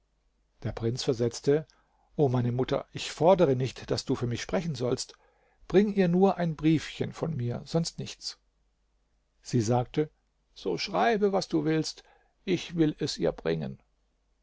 der prinz versetzte o meine mutter ich fordere nicht daß du für mich sprechen sollst bring ihr nur ein briefchen von mir sonst nichts sie sagte so schreibe was du willst ich will es ihr bringen